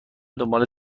دنبال